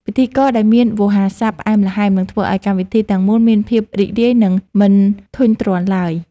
ពិធីករដែលមានវោហារស័ព្ទផ្អែមល្ហែមនឹងធ្វើឱ្យកម្មវិធីទាំងមូលមានភាពរីករាយ និង មិនធុញទ្រាន់ឡើយ។